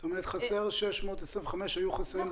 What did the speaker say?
זאת אומרת שבאותן שנים היו חסרים 625 מיליון?